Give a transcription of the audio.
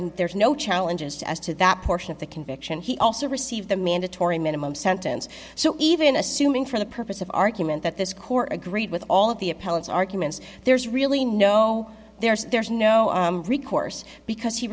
and there's no challenges to us to that portion of the conviction he also received the mandatory minimum sentence so even assuming for the purpose of argument that this court agreed with all of the appellate arguments there's really no there there is no recourse because he